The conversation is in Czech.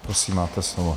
Prosím, máte slovo.